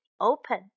Open